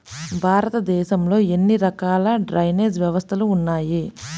భారతదేశంలో ఎన్ని రకాల డ్రైనేజ్ వ్యవస్థలు ఉన్నాయి?